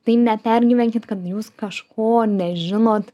tai nepergyvenkit kad jūs kažko nežinot